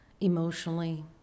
emotionally